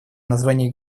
название